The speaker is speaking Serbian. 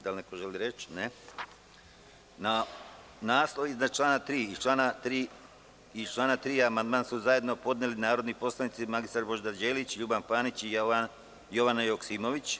Da li neko želi reč? (Ne) Na naslov iznad člana 3. i član 3. amandman su zajedno podneli narodni poslanici mr Božidar Đelić, Ljuban Panić i Jovana Joksimović.